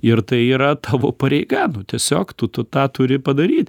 ir tai yra tavo pareiga tiesiog tu tu tą turi padaryt